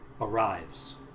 arrives